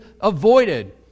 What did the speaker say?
avoided